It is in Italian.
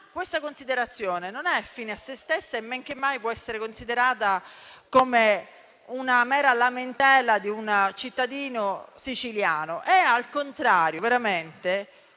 Questa considerazione, però, non è fine a se stessa e men che mai può essere considerata come una mera lamentela di una cittadina siciliana. Al contrario, è veramente